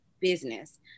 business